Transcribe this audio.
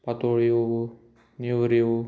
पातोळ्यो नेवऱ्यो